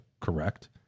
correct